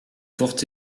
porte